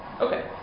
Okay